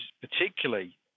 particularly